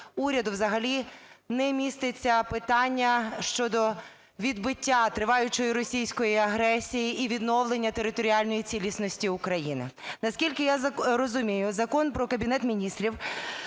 уряду взагалі не міститься питання щодо відбиття триваючої російської агресії і відновлення територіальної цілісності України. Наскільки я розумію, Закон про Кабінет Міністрів